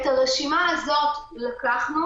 את הרשימה הזאת לקחנו